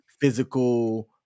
physical